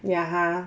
ya ha